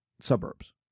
suburbs